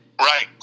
right